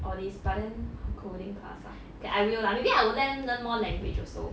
all these but then coding class ah K I will lah maybe I will let them learn more language also